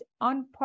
on